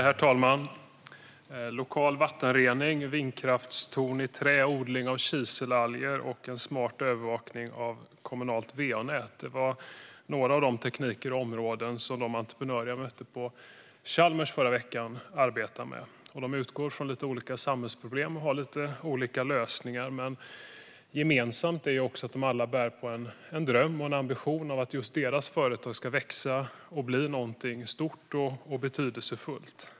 Herr talman! Lokal vattenrening, vindkraftstorn i trä, odling av kiselalger och smart övervakning av kommunala va-nät - det är några av de tekniker och områden som de entreprenörer jag mötte på Chalmers förra veckan arbetar med. De utgår från lite olika samhällsproblem och har lite olika lösningar. Gemensamt är dock att de alla bär på en ambition och en dröm om att just deras företag ska växa och bli något stort och betydelsefullt.